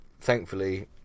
Thankfully